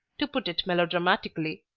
to put it melodramatically.